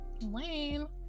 Lame